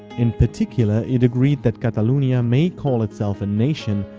in particular it agreed that cataluna may call itself a nation,